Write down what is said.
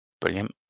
Brilliant